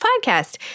podcast